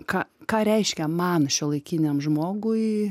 ką ką reiškia man šiuolaikiniam žmogui